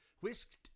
whisked